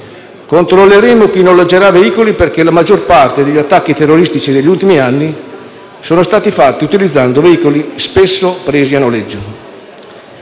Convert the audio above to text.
controlleremo chi noleggerà veicoli perché la maggior parte degli attacchi terroristici degli ultimi anni sono stati fatti utilizzando veicoli spesso presi a noleggio.